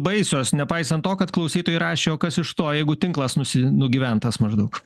baisios nepaisant to kad klausytojai rašė o kas iš to jeigu tinklas nusi nugyventas maždaug